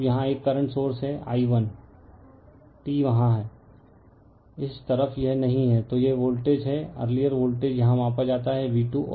अब यहां एक करंट सोर्स है i1 t वहां है इस तरफ यह नहीं है तो यह वोल्टेज है अर्लिअर वोल्टेज यहाँ मापा जाता है v 2